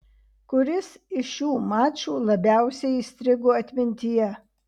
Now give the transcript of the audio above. kuris iš šių mačų labiausiai įstrigo atmintyje